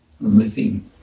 living